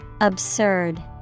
Absurd